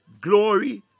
glory